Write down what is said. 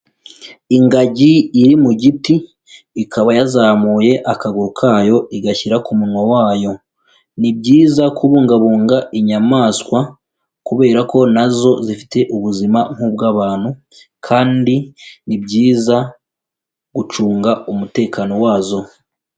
Ingagi iri mu giti, ikaba yazamuye akaguru kayo igashyira ku munwa wayo, ni byiza kubungabunga inyamaswa, kubera ko nazo zifite ubuzima nk'ubw'abantu. Kandi ni byiza gucunga umutekano wazo.